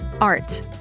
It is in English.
art